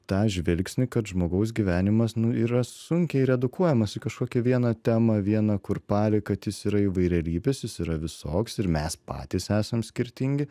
tą žvilgsnį kad žmogaus gyvenimas nu yra sunkiai redukuojamas į kažkokią vieną temą vieną kurpalį kad jis yra įvairialypis jis yra visoks ir mes patys esam skirtingi